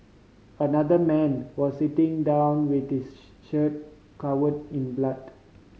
another man was sitting down with his shirt covered in blood